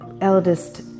eldest